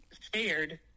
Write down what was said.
scared